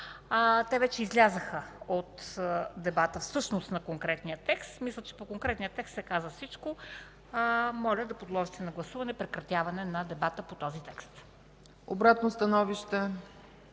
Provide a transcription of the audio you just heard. те вече излязоха от същността на конкретния текст. Мисля, че по конкретния текст се каза всичко. Моля да подложите на гласуване прекратяване на дебата по този текст. ПРЕДСЕДАТЕЛ